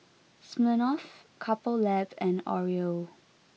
Smirnoff Couple Lab and Oreo